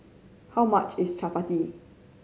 how much is Chapati